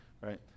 right